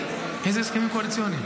איזה הסכמים קואליציוניים?